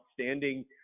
outstanding